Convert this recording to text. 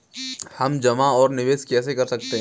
हम जमा और निवेश कैसे कर सकते हैं?